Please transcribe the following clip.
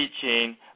teaching